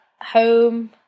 home